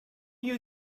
you